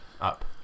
up